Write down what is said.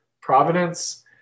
Providence